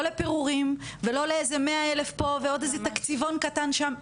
לא לפירורים ולא לאיזה מאה אלף פה ועוד איזה תקציבון קטן שם,